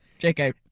JK